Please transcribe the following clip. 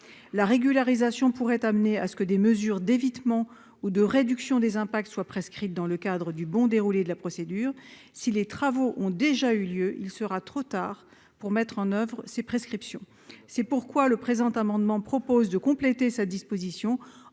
La régularisation pourrait conduire à ce que des mesures d'évitement ou de réduction des impacts soient prescrites dans le cadre du bon déroulé de la procédure. Si les travaux ont déjà eu lieu, il sera trop tard pour mettre en oeuvre ces prescriptions. C'est pourquoi cet amendement vise à compléter cette disposition